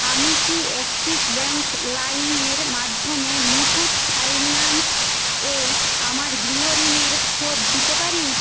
আমি কি Axis bank লাইমের মাধ্যমে মুথুট ফাইন্যান্স এ আমার গৃহঋণের শোধ দিতে পারি